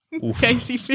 Casey